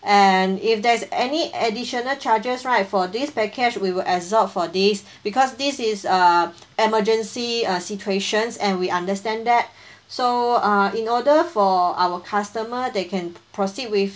and if there's any additional charges right for this package we will absorb for this because this is uh emergency uh situations and we understand that so uh in order for our customer they can p~ proceed with